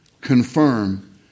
confirm